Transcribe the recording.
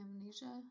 Amnesia